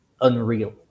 unreal